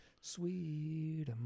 Sweet